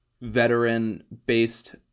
veteran-based